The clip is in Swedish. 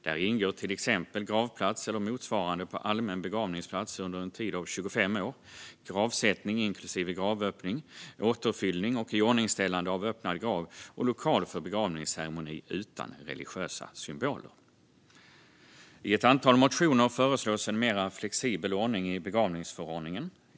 Där ingår till exempel gravplats eller motsvarande på allmän begravningsplats under en tid av 25 år, gravsättning inklusive gravöppning, återfyllning och iordningställande av öppnad grav samt lokal för begravningsceremoni utan religiösa symboler. I ett antal motioner föreslås en mer flexibel ordning i begravningsförordningen.